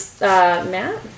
Matt